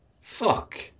fuck